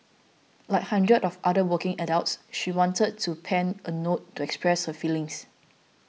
like hundreds of other working adults she wanted to pen a note to express her feelings